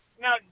Now